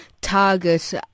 target